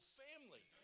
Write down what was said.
family